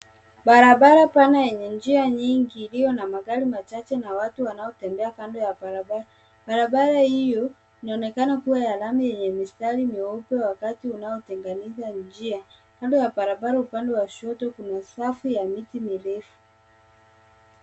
Barabara pana yenye njia nyingi iliyo na magari machache na watu wanaotembea kando ya barabara. Barabara hiyo inaonekana kuwa ya lami yenye mistari nyeupe wakati unaotenganisha njia. Kando ya barabara, upande wa kushoto, kuna safu ya miti mirefu.